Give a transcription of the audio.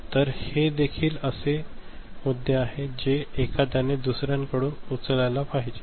तर हे देखील असे मुद्दे आहेत जे एखाद्याने दुसर्याकडून उचलायला पाहिजे